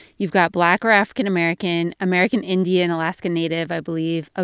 you've got black or african american, american indian, alaska native, i believe. ah